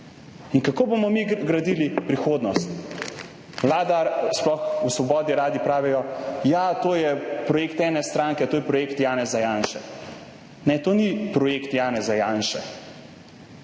Kako bomo mi gradili prihodnost? Vlada, sploh v Svobodi radi pravijo, ja, to je projekt ene stranke, to je projekt Janeza Janše. Ne, to ni projekt Janeza Janše.